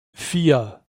vier